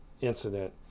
incident